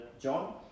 John